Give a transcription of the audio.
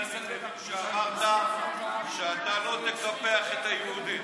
אני מבין שאמרת שאתה לא תקפח את היהודים.